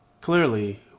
Clearly